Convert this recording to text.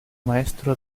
maestro